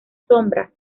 sombra